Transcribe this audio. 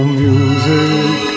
music